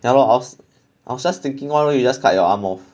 ya lor I was I was just thinking why don't you just cut your arm off